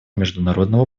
международного